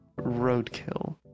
roadkill